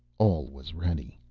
all was ready.